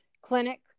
clinic